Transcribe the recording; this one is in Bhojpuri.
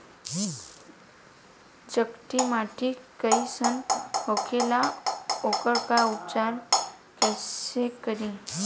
चिकटि माटी कई सन होखे ला वोकर उपचार कई से करी?